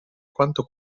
quanto